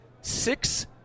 Six